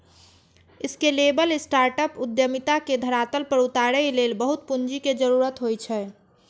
scalable startup उद्यमिता के धरातल पर उतारै लेल बहुत पूंजी के जरूरत होइ छै